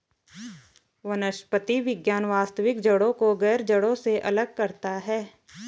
वनस्पति विज्ञान वास्तविक जड़ों को गैर जड़ों से अलग करता है